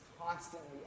constantly